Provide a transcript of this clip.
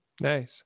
Nice